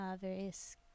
various